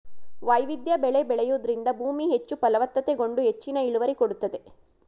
ವೈವಿಧ್ಯ ಬೆಳೆ ಬೆಳೆಯೂದರಿಂದ ಭೂಮಿ ಹೆಚ್ಚು ಫಲವತ್ತತೆಗೊಂಡು ಹೆಚ್ಚಿನ ಇಳುವರಿ ಕೊಡುತ್ತದೆ